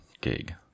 gig